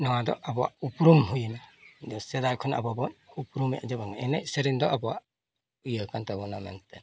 ᱱᱚᱣᱟ ᱫᱚ ᱟᱵᱚᱣᱟᱜ ᱩᱯᱨᱩᱢ ᱦᱩᱭᱱᱟ ᱥᱮᱫᱟᱭ ᱠᱷᱚᱱ ᱟᱵᱚᱵᱚᱱ ᱩᱯᱨᱩᱢᱮᱫ ᱡᱮᱵᱚᱱ ᱮᱱᱮᱡ ᱥᱮᱨᱮᱧ ᱫᱚ ᱟᱵᱚᱣᱟᱜ ᱤᱭᱟᱹ ᱠᱟᱱ ᱛᱟᱵᱚᱱᱟ ᱢᱮᱱᱛᱮ